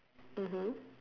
mmhmm